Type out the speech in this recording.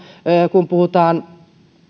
kun puhutaan